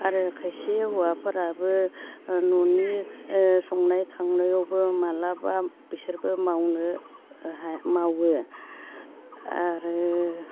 आरो खायसे हौवाफोराबो ओ न'नि ओ संनाय खावनायावबो माब्लाबा बिसोरबो मावनो मावो आरो